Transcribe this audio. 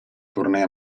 tournée